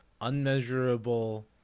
unmeasurable